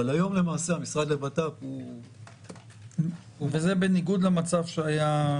היום המשרד לבט"פ הוא --- וזה בניגוד למצב שהיה.